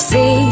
See